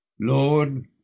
lord